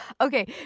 Okay